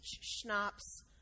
schnapps